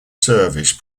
service